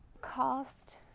cost